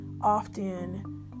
often